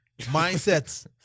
Mindsets